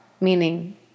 meaning